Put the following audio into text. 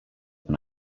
than